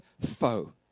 foe